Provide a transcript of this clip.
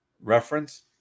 reference